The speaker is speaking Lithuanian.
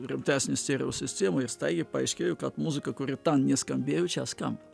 rimtesnė stereo sistemoj i staigiai paaiškėjo kad muzika kuri tan neskambėjo čia skamba